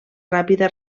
ràpida